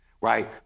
right